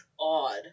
odd